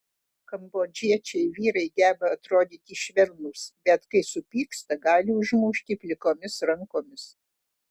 kambodžiečiai vyrai geba atrodyti švelnūs bet kai supyksta gali užmušti plikomis rankomis